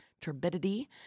turbidity